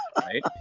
right